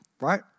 right